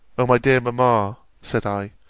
o my dear mamma, said i,